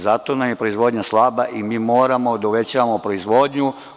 Zato nam je proizvodnja slaba i mi moramo da uvećamo proizvodnju.